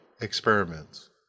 experiments